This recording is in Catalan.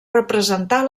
representar